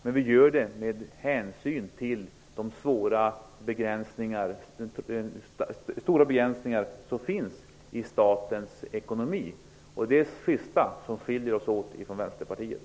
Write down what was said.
Men vi tar också hänsyn till de stora begränsningar som finns i statens ekonomi. Det är det sistnämnda som skiljer oss från Vänsterpartiet.